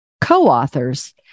co-authors